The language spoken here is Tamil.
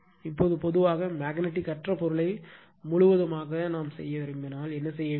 இப்போது பொதுவாக மேக்னெட்டிக் அற்ற பொருளை முழுவதுமாக செய்ய விரும்பினால் என்ன செய்ய வேண்டும்